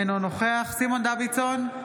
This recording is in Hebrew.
אינו נוכח סימון דוידסון,